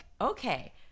okay